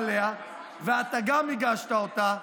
ואתה גם הגשת אותה.